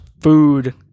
food